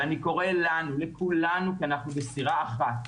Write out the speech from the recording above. ואני קורא לנו, לכולנו, כי אנחנו בסירה אחת,